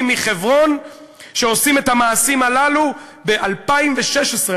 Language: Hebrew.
מחברון שעושים את המעשים הללו ב-2016,